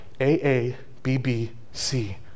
A-A-B-B-C